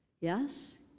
Yes